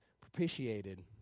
propitiated